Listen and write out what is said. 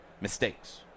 mistakes